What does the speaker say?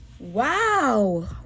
Wow